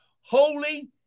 holy